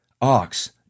ox